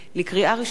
לקריאה ראשונה,